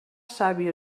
savi